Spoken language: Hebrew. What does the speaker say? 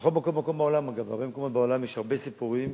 בכל מקום בעולם, יש הרבה סיפורים